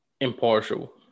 impartial